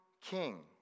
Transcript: king